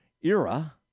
era